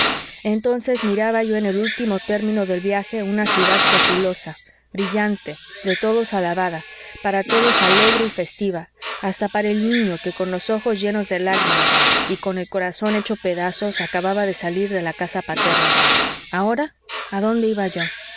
entonces miraba yo en el último término del viaje una ciudad populosa brillante de todos alabada para todos alegre y festiva hasta para el niño que con los ojos llenos de lágrimas y con el corazón hecho pedazos acababa de salir de la casa paterna ahora á dónde iba yo